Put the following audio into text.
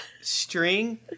string